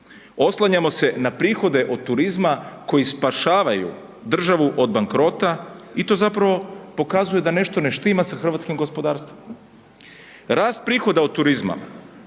Oslanjamo se na prihode od turizma koji spašavaju državu od bankrota i to zapravo pokazuje da nešto ne štima sa hrvatskim gospodarstvom. Rast prihoda od turizma